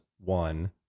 one